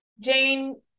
Jane